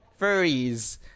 furries